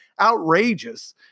outrageous